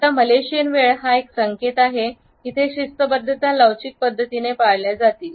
आता मलेशियन वेळ हा एक संकेत आहे की इथे शिस्तबद्धता लवचिक पद्धतीने पाळल्या जातील